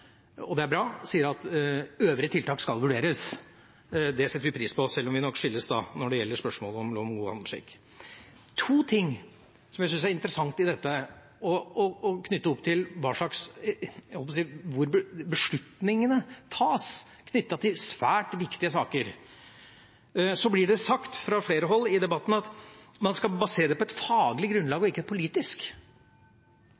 øvrige tiltak skal vurderes. Det setter vi pris på, sjøl om vi nok skilles når det gjelder spørsmålet om lov om god handelsskikk. Det er to ting som jeg syns er interessant i dette knyttet opp til hvor beslutningene tas i svært viktige saker. Det blir sagt fra flere hold i debatten at man skal basere det på et faglig grunnlag